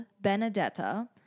Benedetta